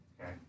Okay